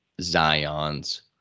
Zion's